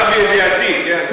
למיטב ידיעתי, כן?